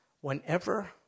Whenever